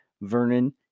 Vernon